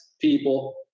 people